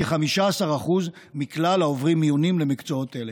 כ-15% מכלל העוברים מיונים למקצועות אלה.